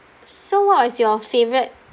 so what was your favourite